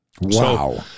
Wow